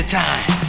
time